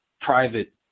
private